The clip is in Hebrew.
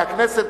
מהכנסת,